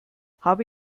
habe